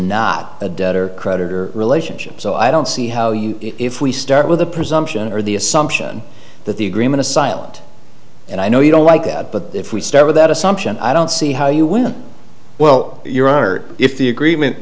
not a debtor creditor relationship so i don't see how you if we start with the presumption or the assumption that the agreement asylum and i know you don't like that but if we start with that assumption i don't see how you wouldn't well your honor if the agreement